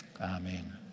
Amen